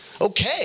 Okay